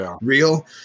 real